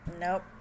Nope